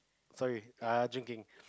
sorry err drinking